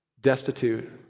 destitute